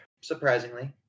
surprisingly